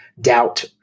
doubt